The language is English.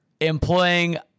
employing